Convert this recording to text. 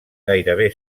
gairebé